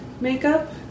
Makeup